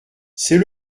c’est